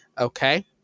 okay